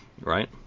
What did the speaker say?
right